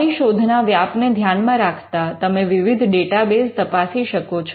તમારી શોધના વ્યાપને ધ્યાનમાં રાખતા તમે વિવિધ ડેટાબેઝ તપાસી શકો છો